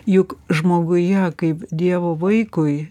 juk žmoguje kaip dievo vaikui